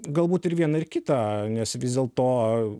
galbūt ir viena ir kita nes vis dėlto